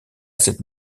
cette